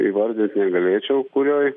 įvardint negalėčiau kurioj